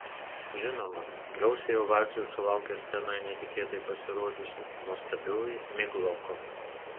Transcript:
žinoma gausiai ovacijų sulaukė scenoje netikėtai pasirodžiusi nuostabioji migloko